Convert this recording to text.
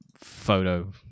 photo